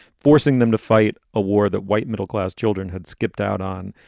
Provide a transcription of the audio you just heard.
forcing them to fight a war that white middle-class children had skipped out on.